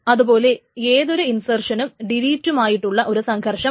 അതുപോലെ ഏതൊരു ഇൻസെർഷനും ഡിലീറ്റുമായിട്ടുള്ള ഒരു സംഘർഷമാണ്